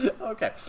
Okay